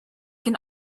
can